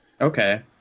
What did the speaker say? Okay